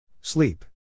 Sleep